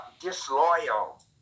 disloyal